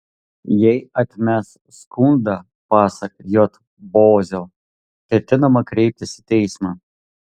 jei atmes skundą pasak j bozio ketinama kreiptis į teismą